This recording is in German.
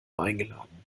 eingeladen